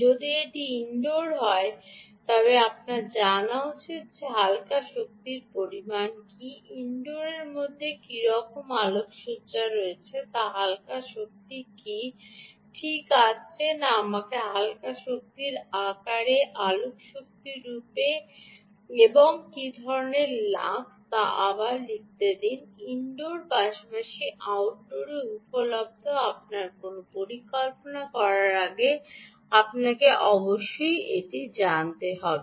যদি এটি ইনডোর হয় তবে আপনার জানা উচিত যে হালকা শক্তির পরিমাণ কী ইনডোরের মধ্যে কী রকম আলোকসজ্জা রয়েছে তা হালকা শক্তি কি ঠিক আসছে না আমাকে হালকা আকারে শক্তি আলোকরূপে শক্তি এবং কী ধরণের লাক্স তা আবার লিখতে দিন ইনডোর পাশাপাশি আউটডোর উপলভ্য আপনার কোনও পরিকল্পনা করার আগে আপনাকে অবশ্যই এটি জানতে হবে